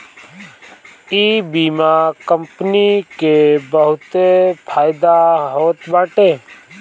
इ बीमा कंपनी के बहुते फायदा होत बाटे